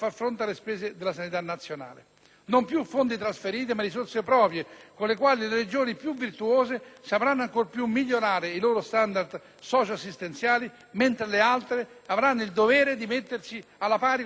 Non più fondi trasferiti ma risorse proprie, con le quali le Regioni più virtuose sapranno ancor più migliorare i loro standard socio-assistenziali, mentre le altre avranno il dovere di mettersi alla pari con le prime, ma senza terremoti.